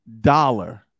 dollar